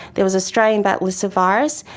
there was australian bat lyssavirus,